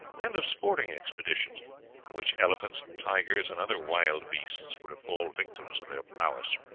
and of sporting expeditions in which elephants, tigers, and other wild beasts were to fall victims of their prowess.